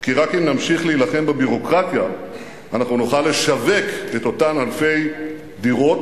כי רק אם נמשיך להילחם בביורוקרטיה אנחנו נוכל לשווק את אותן אלפי דירות